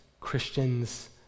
Christians